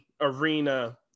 arena